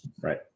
Right